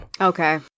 Okay